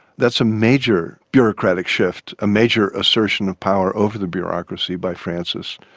that's a major bureaucratic shift, a major assertion of power over the bureaucracy by francis.